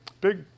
big